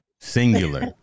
Singular